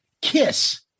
Kiss